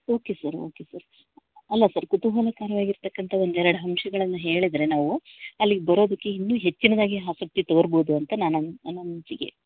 okay sir okay sir ಅಲ್ಲ sir ಕುತೂಹಲಕರ್ವಾಗಿರ್ತಕ್ಕಂಥ ಒಂದು ಎರಡು ಅಂಶಗಳನ್ನ ಹೇಳಿದ್ರೆ ನಾವು ಅಲ್ಲಿಗೆ ಬರೋದಕ್ಕೆ ಇನ್ನೂ ಹೆಚ್ಚಿನದಾಗಿ ಆಸಕ್ತಿ ತೋರ್ಬೋದು ಅಂತ ನಾ ನನ್ನ ಅನ್ಸಿಕೆ